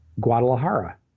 Guadalajara